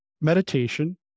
meditation